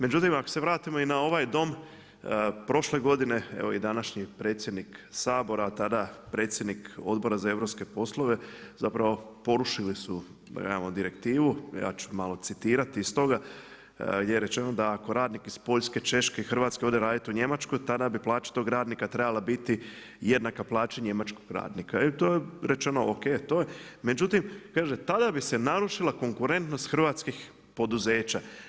Međutim ako se vratimo i na ovaj Dom, prošle godine evo i današnji predsjednik Sabora, a tada predsjednik Odbora za europske poslove zapravo porušili su direktivu, ja ću malo citirati iz toga gdje je rečeno ako radnik iz Poljske, Češke, Hrvatske ode raditi u Njemačku tada bi plaća tog radnika trebala biti jednaka plaći njemačkog radnika i to je rečeno o.k., međutim kaže tada bi se narušila konkurentnost hrvatskih poduzeća.